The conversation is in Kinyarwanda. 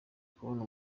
kubona